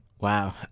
Wow